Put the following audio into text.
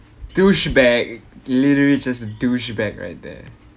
douche bag literally just douche bag right there